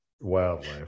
wildlife